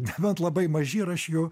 nebent labai maži ir aš jų